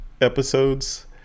episodes